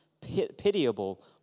pitiable